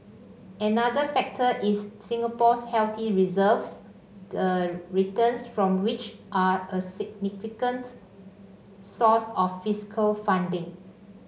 another factor is Singapore's healthy reserves the returns from which are a significant source of fiscal funding